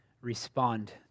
respond